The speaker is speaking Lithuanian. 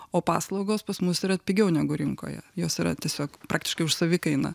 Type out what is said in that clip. o paslaugos pas mus yra pigiau negu rinkoje jos yra tiesiog praktiškai už savikainą